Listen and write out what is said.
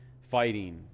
fighting